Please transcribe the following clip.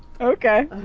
Okay